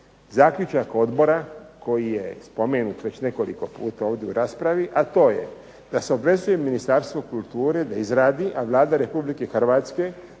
zaključak odbora koji je spomenut već nekoliko puta ovdje u raspravi, a to je da se obvezuje Ministarstvo kulture da izradi, a Vlada Republike Hrvatske